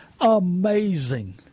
Amazing